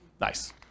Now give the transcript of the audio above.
Nice